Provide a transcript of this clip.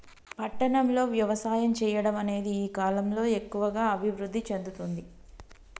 పట్టణం లో వ్యవసాయం చెయ్యడం అనేది ఈ కలం లో ఎక్కువుగా అభివృద్ధి చెందుతుంది